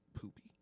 poopy